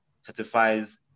certifies